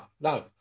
no